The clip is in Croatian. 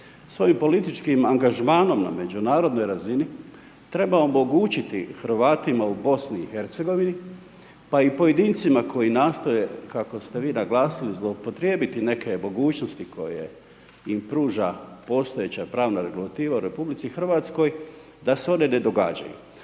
svojim političkim angažmanom na međunarodnoj razini treba omogućiti Hrvatima u BiH pa i pojedincima koji nastoje kako ste vi naglasili zloupotrijebiti neke mogućnosti koje im pruža postojeća pravna regulativa u RH da se one ne događaju.